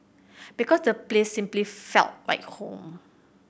because the place simply felt like home